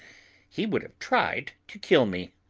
he would have tried to kill me.